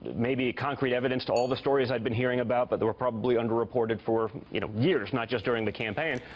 maybe concrete evidence to all the stories i've been hearing about but that were probably underreported for you know years, not just during the campaign.